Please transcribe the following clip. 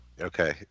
Okay